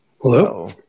Hello